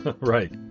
Right